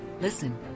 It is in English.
listen